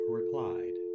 replied